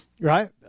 right